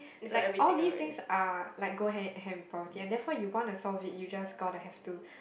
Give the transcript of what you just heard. like all these things are like go hand in hand with poverty and therefore you want to solve it you just gotta have to